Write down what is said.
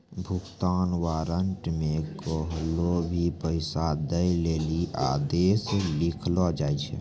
भुगतान वारन्ट मे कोन्हो भी पैसा दै लेली आदेश लिखलो जाय छै